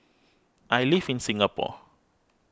I live in Singapore